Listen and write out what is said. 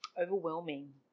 overwhelming